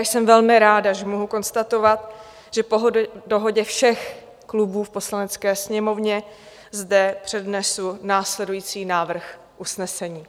Jsem velmi ráda, že mohu konstatovat, že po dohodě všech klubů v Poslanecké sněmovně zde přednesu následující návrh usnesení: